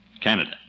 Canada